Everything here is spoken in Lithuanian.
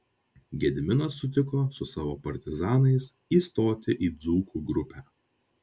gediminas sutiko su savo partizanais įstoti į dzūkų grupę